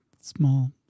Small